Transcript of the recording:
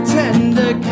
tender